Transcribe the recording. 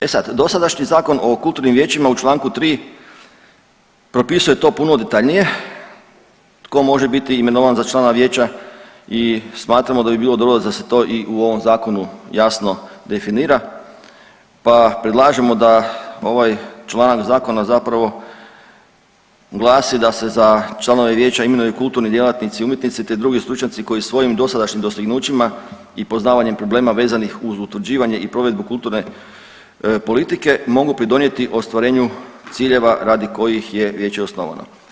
E sad, dosadašnji zakon o kulturnim vijećima u čl. 3 propisuje to puno detaljnije, tko može biti imenovan za člana vijeća i smatramo da bi bilo dobro da se to i u ovom zakonu jasno definira pa predlažemo da ovaj članak zakona zapravo glasi da se za članove vijeća imenuju kulturni djelatnici i umjetnici te drugi stručnjaci koji svojim dosadašnjim dostignućima i poznavanjem problema vezanih uz utvrđivanje i provedbu kulturne politike mogu pridonijeti ostvarenju ciljeva radi kojih je vijeće osnovano.